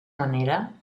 manera